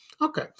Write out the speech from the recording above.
okay